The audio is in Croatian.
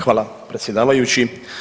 Hvala predsjedavajući.